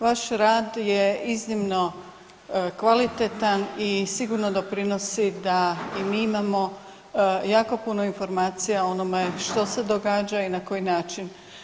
Vaš rad je iznimno kvalitetan i sigurno doprinosi da i mi imamo jako puno informacija o onome što se događa i na koji način.